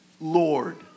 Lord